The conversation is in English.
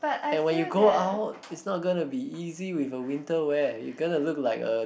and when you go out is not gonna be easy with a winter wear you gonna look like a